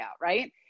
right